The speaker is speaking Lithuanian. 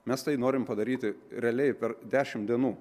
mes tai norim padaryti realiai per dešimt dienų